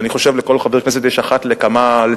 כשאני חושב שלכל חבר כנסת יש אחת לתקופה,